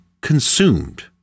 consumed